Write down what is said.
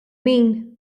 min